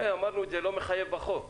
אמרנו שזה לא מחייב בחוק.